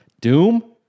Doom